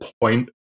point